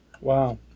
Wow